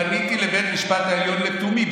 פניתי לבית המשפט העליון לתומי,